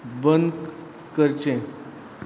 बंद करचें